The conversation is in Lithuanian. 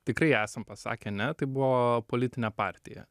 tikrai esam pasakę ne tai buvo politinė partija